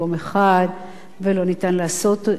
ולא ניתן לעשות אותו ללא מאבק.